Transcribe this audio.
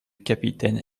capitaine